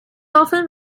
often